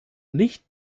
nicht